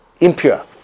impure